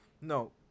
no